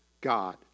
God